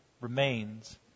remains